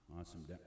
awesome